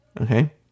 okay